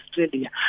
Australia